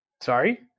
Sorry